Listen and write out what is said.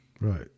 Right